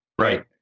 right